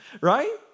right